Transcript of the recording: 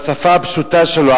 בשפה הפשוטה שלו,